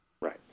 Right